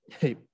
Hey